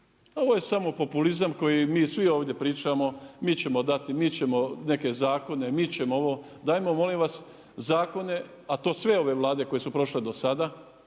Ovo je samo populizam koji mi svi ovdje pričamo, mi ćemo dati, mi ćemo neke zakone, mi ćemo ovo. Dajmo molim vas zakone, a to sve ove Vlade koje su prošle do sada,